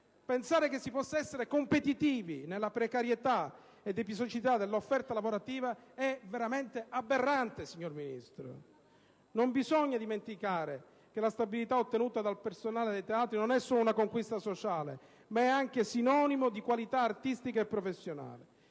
pensare che si possa essere competitivi nella precarietà ed episodicità dell'offerta lavorativa è sicuramente aberrante. Non bisogna dimenticare che la stabilità ottenuta dal personale dei teatri non è solo una conquista sociale, ma è anche sinonimo di qualità artistica e professionale.